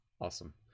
awesome